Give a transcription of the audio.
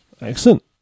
Excellent